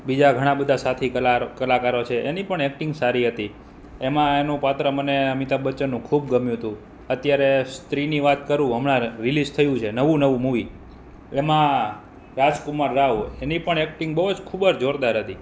બીજા ઘણા બધા સાથી કલા કલાકરો છે એની પણ એક્ટિંગ સારી હતી એમાં એનું પાત્ર મને અમિતાભ બચ્ચનનું ખૂબ ગમ્યું તું અત્યારે સ્ત્રીની વાત કરું હમણાં રીલીઝ થયું છે નવું નવું મૂવી એમાં રાજકુમાર રાવ એની પણ એક્ટિંગ બહુ જ ખૂબ જ જોરદાર હતી